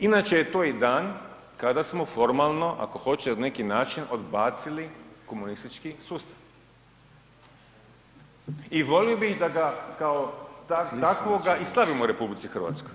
Inače je to i dan kada smo formalno, ako hoće na neki način odbacili komunistički sustav i volio bi da ga kao takvoga i slavimo u RH.